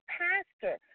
pastor